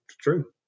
true